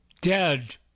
dead